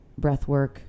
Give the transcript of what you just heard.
breathwork